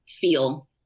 feel